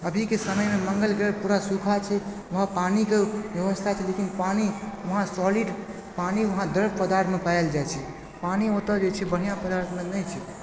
अभीके समयमे मंगल ग्रह पूरा सूखा छै वहाँ पानीके व्यवस्था छै लेकिन पानी वहाँ सॉलिड पानी वहाँ द्रव पदार्थ मे पाओल जाइत छै पानी ओतए बढ़िआँ पदार्थमे नहि छै